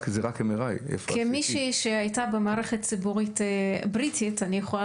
זה רק MRI. כמי שהייתה במערכת הציבורית הבריטית אני יכולה